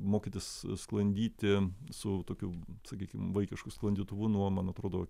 mokytis sklandyti su tokiu sakykim vaikišku sklandytuvu nuo man atrodo